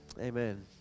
Amen